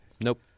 Nope